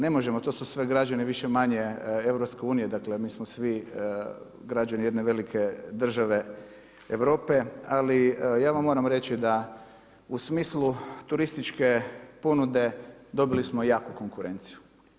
Ne možemo, to su sve građane više-manje EU, dakle, mi smo svi građani jedne velike države Europe, ali ja vam moram reći da u smislu turističke ponude dobili smo jaku konkurenciju.